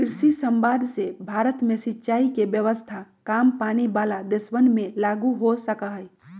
कृषि समवाद से भारत में सिंचाई के व्यवस्था काम पानी वाला देशवन में लागु हो सका हई